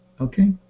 okay